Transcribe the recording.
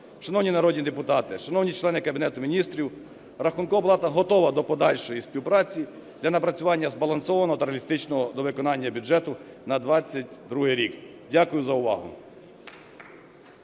Шановні народні депутати, шановні члени Кабінету Міністрів, Рахункова палата готова до подальшої співпраці для напрацювання збалансованого та реалістичного до виконання бюджету на 22-й рік. Дякую за увагу.